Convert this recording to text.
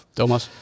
Thomas